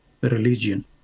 religion